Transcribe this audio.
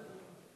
רבותי,